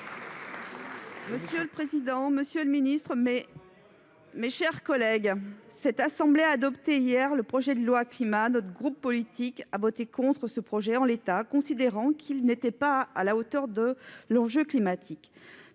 Monsieur le président, monsieur le ministre, mes chers collègues, notre assemblée a adopté hier le projet de loi Climat. Notre groupe politique a voté contre ce projet en l'état, considérant qu'il n'était pas à la hauteur de l'enjeu climatique.